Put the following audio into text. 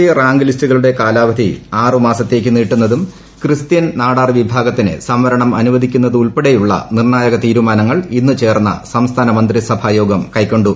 C rank ലിസ്റ്റുകളുടെ കാലാവധി ആറുമാസത്തേക്ക് നീട്ടുന്നതും ക്രിസ്ത്യൻ നാടാർ വിഭാഗത്തിന് സംവരണം അനുവദിക്കുന്നതുമുൾപ്പെടെയുള്ള നിർണായക തീരുമാനങ്ങൾ ഇന്ന് ചേർന്ന സംസ്ഥാന മന്ത്രിസഭാ യോഗം കൈക്കൊണ്ടു